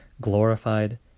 glorified